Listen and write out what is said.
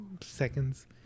seconds